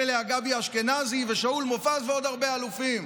אליה גבי אשכנזי ושאול מופז ועוד הרבה אלופים.